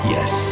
Yes